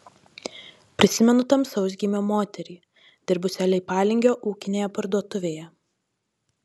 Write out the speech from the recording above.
prisimenu tamsaus gymio moterį dirbusią leipalingio ūkinėje parduotuvėje